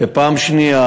זו פעם שנייה,